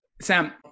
Sam